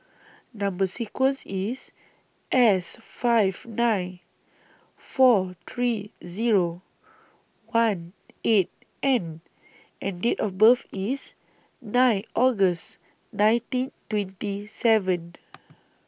Number sequence IS S five nine four three Zero one eight N and Date of birth IS nine August nineteen twenty seven